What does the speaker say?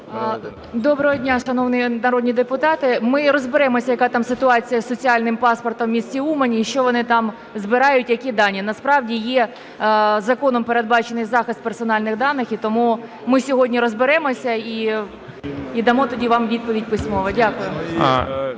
Доброго дня, шановні народні депутати! Ми розберемося, яка там ситуація з соціальним паспортом в місті Умані і що вони там збирають, які дані. Насправді є законом передбачений захист персональних даних, і тому ми сьогодні розберемося і дамо тоді вам відповідь письмово. Дякую.